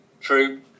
True